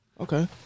Okay